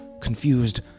confused